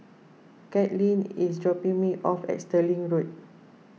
Kaitlin is dropping me off at Stirling Road